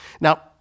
Now